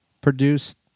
produced